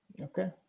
Okay